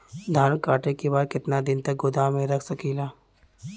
धान कांटेके बाद कितना दिन तक गोदाम में रख सकीला?